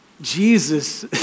Jesus